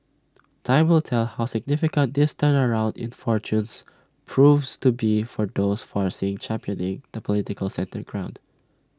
time will tell how significant this turnaround in fortunes proves to be for those forcing championing the political centre in ground